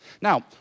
Now